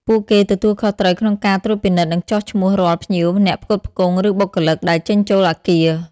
ពួកគេទទួលខុសត្រូវក្នុងការត្រួតពិនិត្យ និងចុះឈ្មោះរាល់ ភ្ញៀវ អ្នកផ្គត់ផ្គង់ ឬបុគ្គលិក ដែលចេញចូលអគារ។